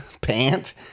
pant